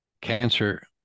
cancer